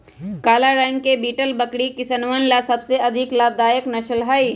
काला रंग के बीटल बकरी किसनवन ला सबसे अधिक लाभदायक नस्ल हई